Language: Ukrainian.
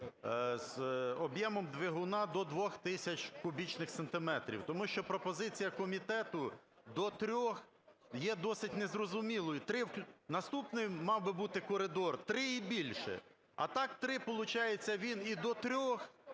з об'ємом двигуна до 2 тисяч кубічних сантиметрів, тому що пропозиція комітету – до 3-х є досить незрозумілою. Наступний мав би бути коридор – 3 і більше. А так 3, получається, він і до 3-х,